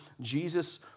Jesus